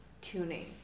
tuning